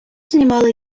знімали